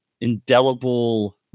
indelible